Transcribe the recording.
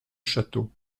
château